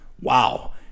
Wow